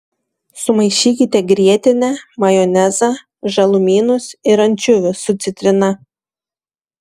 sumaišykite grietinę majonezą žalumynus ir ančiuvius su citrina